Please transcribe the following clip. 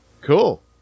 cool